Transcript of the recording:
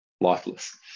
lifeless